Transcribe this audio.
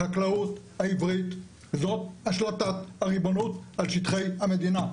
החקלאות העברית זאת השלטת הריבונות על שטחי המדינה.